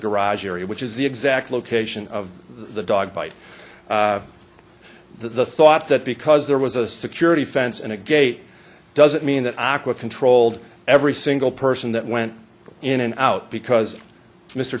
garage area which is the exact location of the dog fight the thought that because there was a security fence and a gate doesn't mean that aqua controlled every single person that went in and out because mr